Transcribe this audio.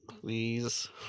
Please